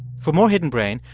for more hidden brain,